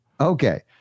Okay